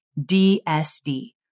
DSD